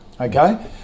Okay